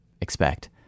expect